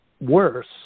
worse